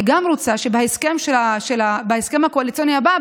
אני רוצה שבהסכם הקואליציוני הבא,